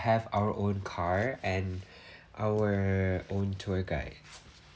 have our own car and our own tour guide